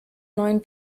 neuen